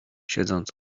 siedząc